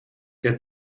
der